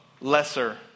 lesser